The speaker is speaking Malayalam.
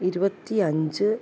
ഇരുപത്തി അഞ്ച്